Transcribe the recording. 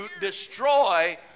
destroy